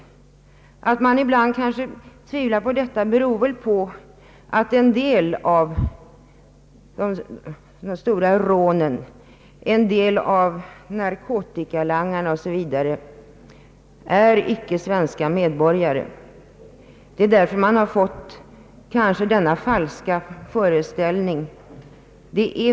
Att man ibland tvivlar på att det förhåller sig så beror väl på att en del av de stora rånen utförs av utlänningar, att en del av narkotikalangarna icke är svenska medborgare, 0. s. v. Det är kanske därför man har fått denna falska föreställning.